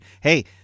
hey